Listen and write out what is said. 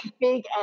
big